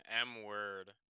M-word